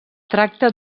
tracta